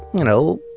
you know,